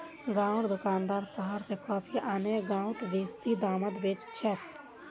गांउर दुकानदार शहर स कॉफी आने गांउत बेसि दामत बेच छेक